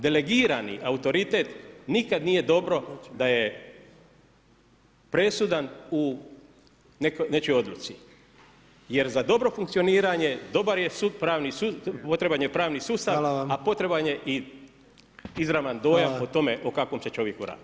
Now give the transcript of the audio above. Delegirani autoritet, nikad nije dobro da je presudan u nečijoj odluci jer za dobro funkcioniranje potreban je pravni sustav, a potreban je i izravan dojam o tome o kakvom se čovjeku radi.